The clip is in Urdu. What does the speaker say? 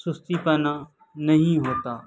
سستی پنا نہیں ہوتا